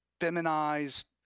feminized